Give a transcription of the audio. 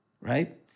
right